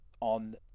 on